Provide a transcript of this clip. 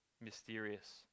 mysterious